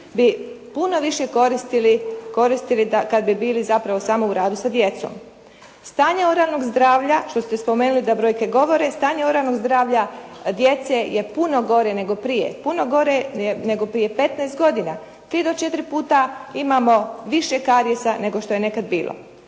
bi puno više koristili kada bi bili zapravo samo u radu sa djecom. Stanje oralnog zdravlja što ste spomenuli da brojke govore, stanje oralnog zdravlja djece je puno gore nego prije. Puno gore nego prije 15 godina. Tri do četiri puta imamo više karijesa nego što je nekad bilo.